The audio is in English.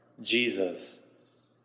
Jesus